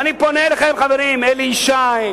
ואני פונה אליכם, חברים, אלי ישי,